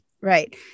right